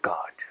God